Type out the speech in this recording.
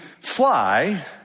fly